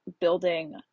building